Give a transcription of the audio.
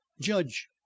judge